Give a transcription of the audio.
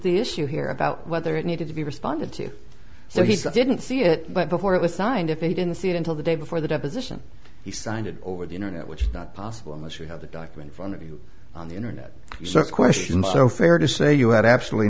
the issue here about whether it needed to be responded to so he didn't see it but before it was signed if he didn't see it until the day before the deposition he signed it over the internet which is not possible unless you have the doctor in front of you on the internet search question so fair to say you had absolutely